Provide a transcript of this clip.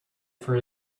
for